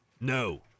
No